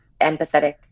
empathetic